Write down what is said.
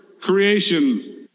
creation